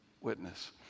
witness